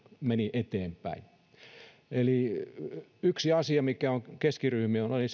meni eteenpäin olen itse keskiryhmien edustaja pohjoismaiden neuvostossa ja yksi asia mikä oli